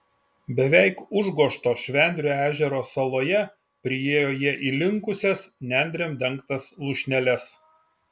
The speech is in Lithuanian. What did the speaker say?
beveik užgožto švendrių ežero saloje priėjo jie įlinkusias nendrėm dengtas lūšneles